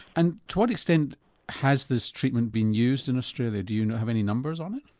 and to what extent has this treatment been used in australia, do you know have any numbers on it?